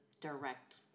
direct